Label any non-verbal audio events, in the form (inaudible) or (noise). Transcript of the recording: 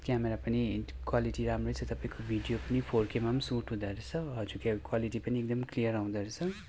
camera पनि quality राम्रै छ तपाईँको भिडियो पनि फोर केमा पनि सुट हुँदो रहेछ हजुर क्वालिटी पनि एकदम क्लियर आउँदो रहेछ (unintelligible)